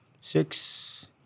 six